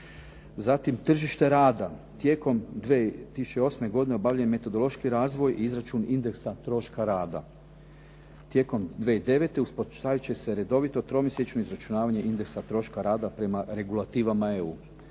Zatim tržište rada. Tijekom 2008. godine obavljen je metodološki razvoj i izračun indeksa troška rada. Tijekom 2009. … /Govornik se ne razumije./… redovito tromjesečno izračunavanje indeksa troška rada prema regulativama EU.